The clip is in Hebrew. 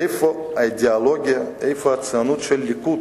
איפה האידיאולוגיה, איפה הציונות של הליכוד?